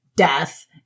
Death